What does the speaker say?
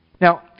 Now